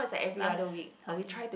last time